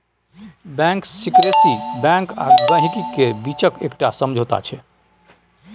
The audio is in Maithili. बैंक सिकरेसी बैंक आ गांहिकी केर बीचक एकटा समझौता छै